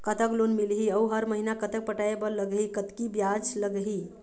कतक लोन मिलही अऊ हर महीना कतक पटाए बर लगही, कतकी ब्याज लगही?